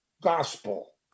gospel